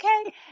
okay